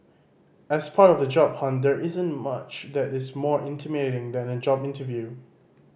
as part of the job hunt there isn't much that is more intimidating than a job interview